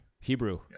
Hebrew